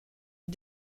est